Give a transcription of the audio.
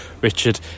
richard